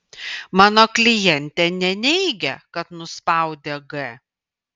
mano klientė neneigia kad nuspaudė g